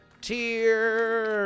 tier